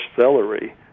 celery